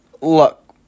look